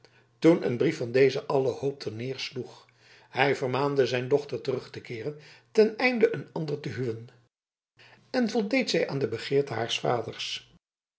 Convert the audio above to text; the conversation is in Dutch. toen een brief van dezen alle hoop ter neer sloeg hij vermaande zijn dochter terug te keeren ten einde een ander te huwen en voldeed zij aan de begeerte haars vaders